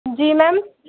जी ma'am